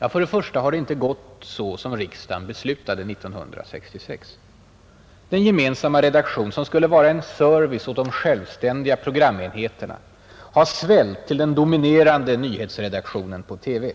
Först och främst har det inte gått så som riksdagen beslutade 1966. Den gemensamma redaktion, som skulle vara ”service åt de självständiga programenheterna”', har svällt till den dominerande nyhetsredaktionen på TV.